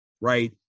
right